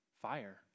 fire